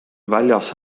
väljas